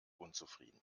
unzufrieden